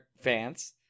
fans